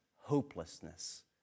hopelessness